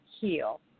heal